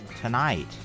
tonight